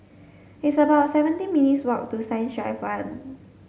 it's about seventy minutes' walk to Science Drive fun